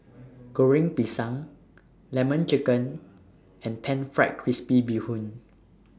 Goreng Pisang Lemon Chicken and Pan Fried Crispy Bee Hoon